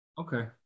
Okay